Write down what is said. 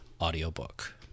audiobook